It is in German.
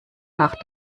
nach